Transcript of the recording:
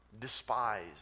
despised